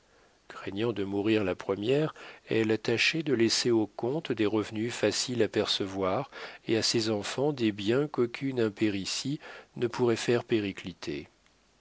craignant de mourir la première elle tâchait de laisser au comte des revenus faciles à percevoir et à ses enfants des biens qu'aucune impéritie ne pourrait faire péricliter